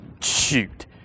shoot